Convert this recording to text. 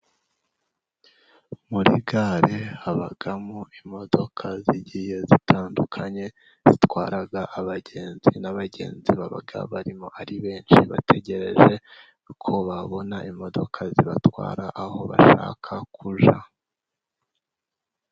Muri gare habamo imodoka zigiye zitandukanye zitwara abagenzi ,n'abagenzi baba barimo ari benshi, bategereje uko babona imodoka zibatwara aho bashaka kujya.